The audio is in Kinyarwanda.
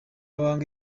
banki